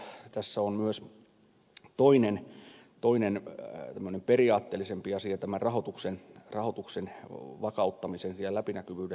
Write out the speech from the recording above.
tässä on myös toinen tämmöinen periaatteellisempi asia rahoituksen vakauttamisen ja läpinäkyvyyden lisäämisen lisäksi